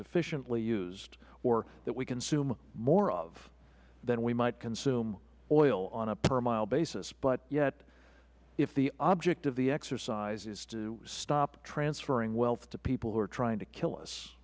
efficiently used or that we consume more of than we might consume of oil on a per mile basis but yet if the object of the exercise is to stop transferring wealth to people who are trying to kill us